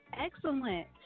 excellent